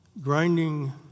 grinding